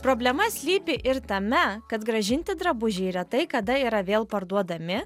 problema slypi ir tame kad grąžinti drabužiai retai kada yra vėl parduodami